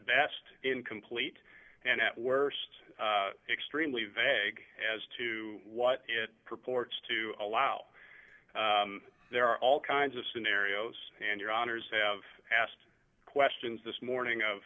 best incomplete and at worst extremely vague as to what it purports to allow there are all kinds of scenarios and your honour's have asked questions this morning of